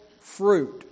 fruit